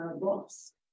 box